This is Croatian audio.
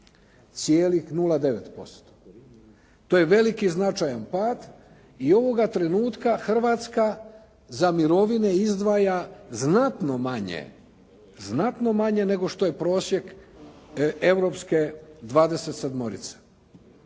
na 11,09%. To je velik i značajan pad i ovoga trenutka Hrvatska za mirovine izdvaja znatno manje, znatno manje nego što je prosjek europske 27-orice.